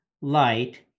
light